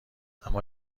اما